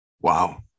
Wow